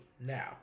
Now